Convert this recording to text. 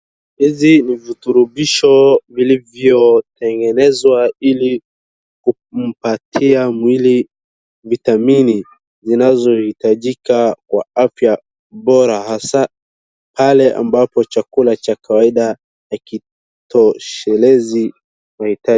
Hizi ni viturubisho vilivyotengenezwa ili kumpatia mwili vitamini zinazohitajika kwa afya bora, hasa pale ambapo chakula cha kawaida hakitoshelezi mahitaji.